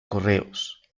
correos